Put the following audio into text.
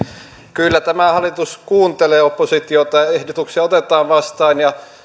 kyllä tämä hallitus kuuntelee oppositiota ehdotuksia otetaan vastaan ja